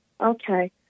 Okay